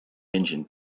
engine